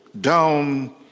down